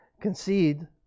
Concede